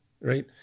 right